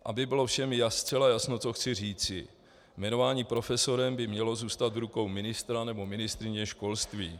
Aby bylo všem zcela jasno, co chci říci: Jmenování profesorem by mělo zůstat v rukou ministra nebo ministryně školství.